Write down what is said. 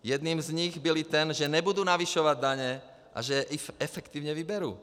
Jedním z nich byl i ten, že nebudu navyšovat daně a že je efektivně vyberu.